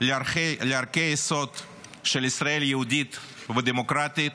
לערכי היסוד של ישראל יהודית ודמוקרטית,